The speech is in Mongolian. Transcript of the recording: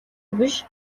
биш